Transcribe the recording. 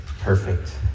perfect